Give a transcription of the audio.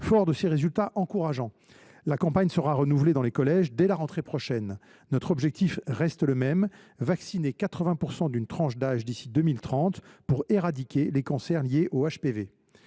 Forte de ces résultats encourageants, la campagne sera renouvelée dans les collèges dès la rentrée prochaine. Notre objectif reste le même : vacciner 80 % d’une tranche d’âge d’ici à 2030, pour éradiquer les cancers liés aux HPV.